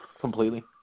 completely